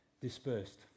dispersed